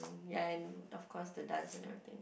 ya and of course the dance and everything